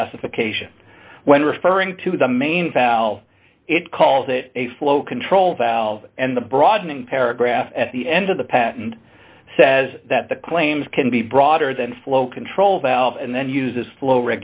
specifications when referring to the main valve it calls it a flow control valve and the broadening paragraph at the end of the patent says that the claims can be broader than flow control valve and then uses flow